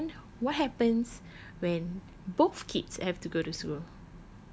okay so then what happens when both kids have to go to school